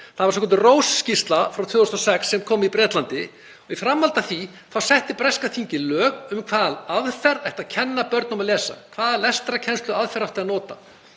Það var svokölluð Rose-skýrsla frá 2006 sem kom út í Bretlandi og í framhaldi af því setti breska þingið lög um með hvaða aðferð ætti að kenna börnum að lesa, hvaða lestrarkennsluaðferð ætti að nota.